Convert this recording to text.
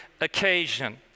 occasion